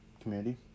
community